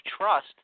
trust